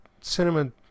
cinnamon